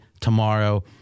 tomorrow